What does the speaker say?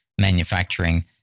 manufacturing